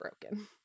broken